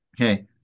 Okay